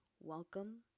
welcome